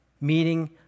meeting